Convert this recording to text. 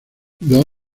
los